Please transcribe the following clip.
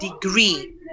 degree